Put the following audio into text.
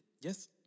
Yes